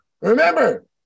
Remember